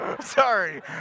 Sorry